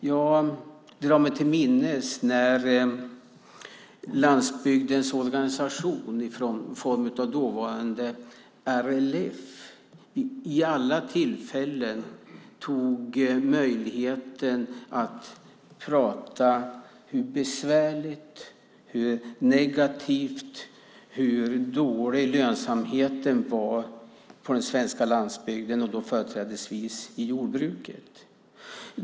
Jag drar mig till minnes när landsbygdens organisation i form av dåvarande RLF vid alla tillfällen tog möjligheten att prata om hur besvärligt och negativt det var och hur dålig lönsamheten var på den svenska landsbygden, och då företrädesvis i jordbruket.